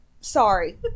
Sorry